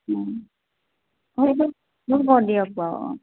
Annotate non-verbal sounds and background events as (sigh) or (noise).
(unintelligible) দিয়ক বাৰু অঁ